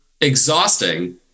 exhausting